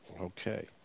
Okay